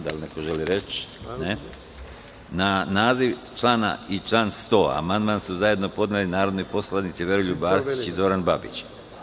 Da li neko želi reč? (Ne) Na naziv člana i član 100. amandman su zajedno podneli narodni poslanici Veroljub Arsić i Zoran Babić.